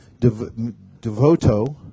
devoto